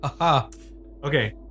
Okay